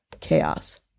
chaos